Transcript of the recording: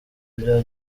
bya